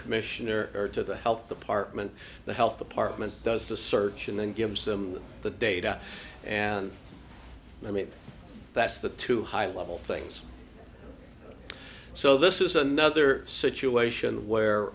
commissioner or to the health department the health department does the search and then gives them the data and i mean that's the two high level things so this is another situation